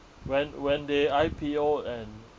when when they I_P_O and